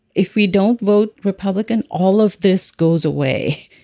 if we don't vote republican all of this goes away.